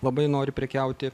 labai nori prekiauti